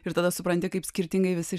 ir tada supranti kaip skirtingai visi